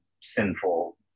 sinful